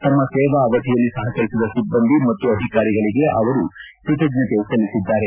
ತಮ್ನ ಸೇವಾ ಅವಧಿಯಲ್ಲಿ ಸಹಕರಿಸಿದ ಸಿಬ್ಲಂದಿ ಮತ್ತು ಅಧಿಕಾರಿಗೆ ಅವರು ಕೃತಜ್ಞತೆ ಸಲ್ಲಿಸಿದ್ದಾರೆ